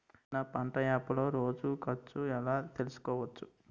నేను నా పంట యాప్ లో రోజు ఖర్చు ఎలా తెల్సుకోవచ్చు?